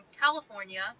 California